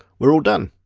we're all done.